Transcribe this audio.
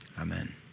Amen